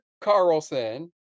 Carlson